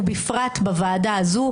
ובפרט בוועדה הזאת,